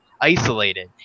isolated